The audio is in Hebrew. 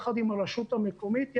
יחד עם הרשות המקומית,